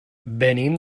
venim